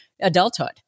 adulthood